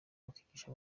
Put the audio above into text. bakigisha